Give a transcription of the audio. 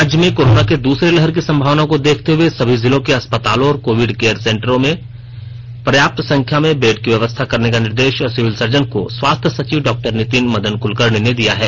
राज्य में कोरोना के दूसरे लहर की संभावना को देखते हुए सभी जिलों के अस्पतालों और कोविड केयर सेंटरो में पर्याप्त संख्या में बेड की व्यवस्था करने का निर्देश सिविल सर्जन को स्वास्थ्य सचिव डॉ नीतिन मदन कुलकर्णी ने दिया है